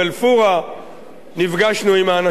נפגשנו עם האנשים ב"שיג",